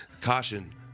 Caution